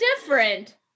Different